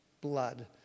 blood